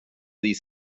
these